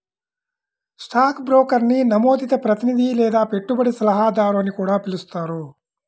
stock బ్రోకర్ని నమోదిత ప్రతినిధి లేదా పెట్టుబడి సలహాదారు అని కూడా పిలుస్తారు